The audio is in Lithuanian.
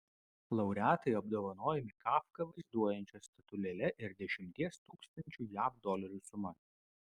laureatai apdovanojami kafką vaizduojančia statulėle ir dešimties tūkstančių jav dolerių suma